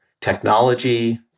technology